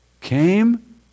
came